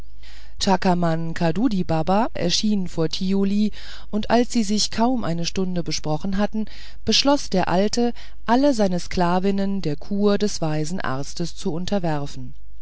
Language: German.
chakamankabudibaba erschien vor thiuli und als sie sich kaum eine stunde besprochen hatten beschloß der alte alle seine sklavinnen der kur des weisen arztes zu unterwerfen